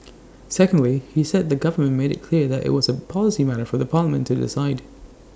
secondly he said the government made IT clear that IT was A policy matter for parliament to decide